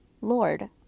Lord